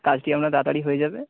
কাজটি আপনার তাড়াতাড়ি হয়ে যাবে